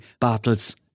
Bartels